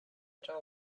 tell